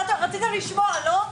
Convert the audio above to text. רציתם לשמוע, לא?